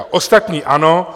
Ostatní ano.